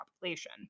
population